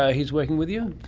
ah he's working with you.